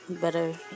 Better